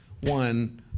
one